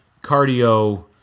cardio